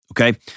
okay